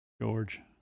George